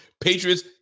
patriots